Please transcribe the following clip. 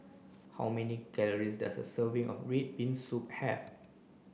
how many calories does a serving of red bean soup have